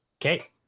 Okay